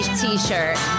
t-shirt